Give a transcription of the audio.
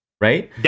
right